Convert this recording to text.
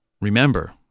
remember